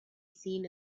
seen